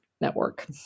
Network